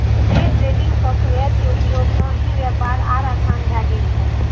day trading software के उपयोग सं ई व्यापार आर आसान भए गेल छै